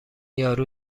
یارو